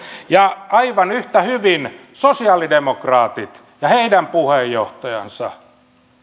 aivan yhtä hyvin sosialidemokraatit ja heidän puheenjohtajansa